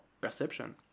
perception